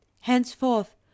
Henceforth